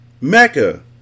Mecca